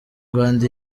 rwanda